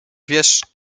wiesz